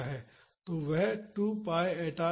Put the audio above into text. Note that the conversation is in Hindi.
तो वह 2 pi eta E S not होगा